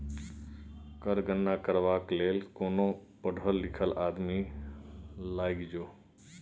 कर गणना करबाक लेल कोनो पढ़ल लिखल आदमी लग जो